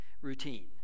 routine